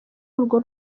urwo